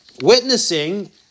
witnessing